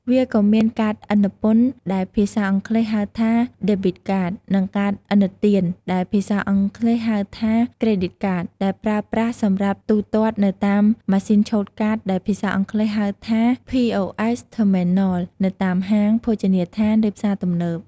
វាក៏មានកាតឥណពន្ធ ដែលភាសាអង់គ្លេសហៅថា ដេប៊ីត ខាត (Debit Card) និងកាតឥណទាន ដែលភាសាអង់គ្លេសហៅថា ក្រេឌីត ខាត (Credit Card) ដែលប្រើប្រាស់សម្រាប់ទូទាត់នៅតាមម៉ាស៊ីនឆូតកាត ដែលភាសាអង់គ្លេសហៅថា ភី អូ អេស ថឺមីណល (POS Terminal) នៅតាមហាង ភោជនីយដ្ឋាន ឬផ្សារទំនើប។